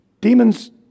Demons